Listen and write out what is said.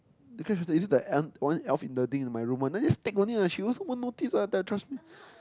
is it the un~ one elf in the thing in my room one that just take only lah she won't notice what that trans~